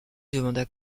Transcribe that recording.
demanda